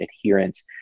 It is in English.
adherence